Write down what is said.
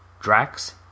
Drax